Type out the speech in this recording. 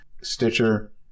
stitcher